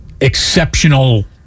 exceptional